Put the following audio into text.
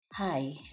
Hi